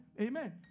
Amen